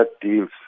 deals